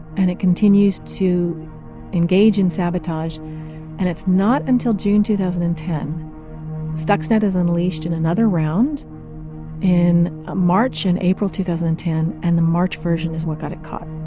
and it continues to engage in sabotage and it's not until june two thousand and ten stuxnet is unleashed in another round in ah march and april of two thousand and ten, and the march version is what got it caught.